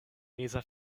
meza